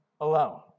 alone